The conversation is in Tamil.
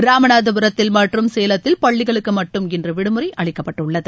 ராமநாதபுரம் மற்றும் சேலத்தில் பள்ளிகளுக்கு மட்டும் இன்று விடுமுறை அளிக்கப்பட்டுள்ளது